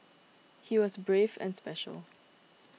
he was brave and special